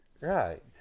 Right